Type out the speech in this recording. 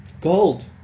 gold